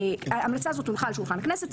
ההמלצה הזאת הונחה על שולחן הכנסת,